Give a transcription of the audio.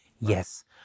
Yes